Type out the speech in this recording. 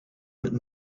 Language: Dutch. een